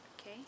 Okay